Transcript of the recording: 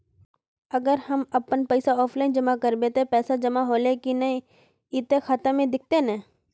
अगर हम अपन पैसा ऑफलाइन जमा करबे ते पैसा जमा होले की नय इ ते खाता में दिखते ने?